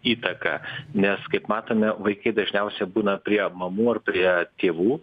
įtaka nes kaip matome vaikai dažniausia būna prie mamų ar prie tėvų